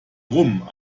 rum